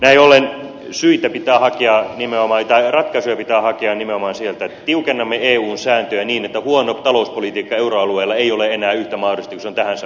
näin ollen ratkaisuja pitää hakea nimenomaan sieltä että tiukennamme eun sääntöjä niin että huono talouspolitiikka euroalueella ei ole enää yhtä mahdollista kuin se on tähän saakka ollut